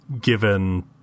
given